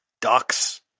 Ducks